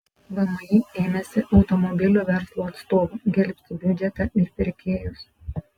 vmi ėmėsi automobilių verslo atstovų gelbsti biudžetą ir pirkėjus